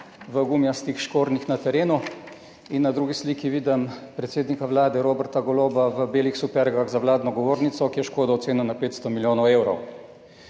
v gumijastih škornjih na terenu in na drugi sliki vidim predsednika Vlade Roberta Goloba v belih supergah za vladno govornico, ki je škodo ocenil na 500 milijonov evrov.